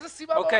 איזו סיבה בעולם?